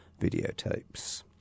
videotapes